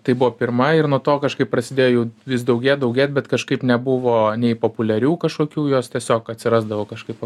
tai buvo pirma ir nuo to kažkaip prasidėjo jau vis daugėt daugėt bet kažkaip nebuvo nei populiarių kažkokių jos tiesiog atsirasdavo kažkaip